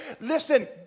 listen